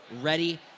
ready